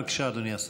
בבקשה, אדוני השר.